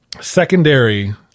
secondary